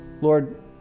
Lord